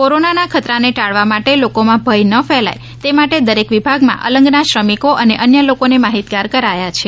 કોરોનાના ખતરાને ટાળવા અને લોકોમાં ભય ન ફેલાય તે માટે દરેક વિભાગમાં અલંગના શ્રમિકો અને અન્ય લોકોને માહતિગાર કરાયા છે